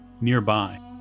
nearby